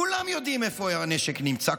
כולם יודעים איפה הנשק נמצא.